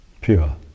pure